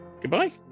Goodbye